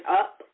up